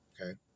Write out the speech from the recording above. okay